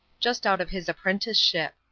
just out of his apprenticeship.